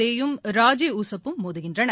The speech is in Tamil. தேயும் ராஜிவ் ஊசெஃப் ம் மோதுகின்றனர்